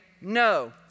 no